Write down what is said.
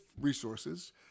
resources